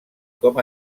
com